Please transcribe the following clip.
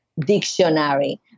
dictionary